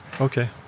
Okay